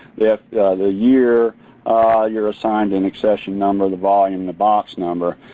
the the year you're assigned an accession number, the volume, the box number.